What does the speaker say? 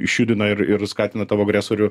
išjudina ir ir skatina tavo agresorių